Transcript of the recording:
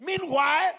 Meanwhile